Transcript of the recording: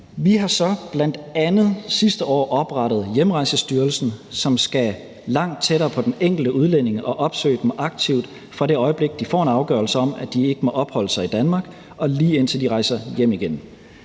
Vi har så bl.a. sidste år oprettet Hjemrejsestyrelsen, som skal langt tættere på de enkelte udlændinge og opsøge dem aktivt, fra det øjeblik de får en afgørelse om, at de ikke må opholde sig i Danmark, og lige indtil de rejser hjem igen.